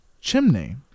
chimney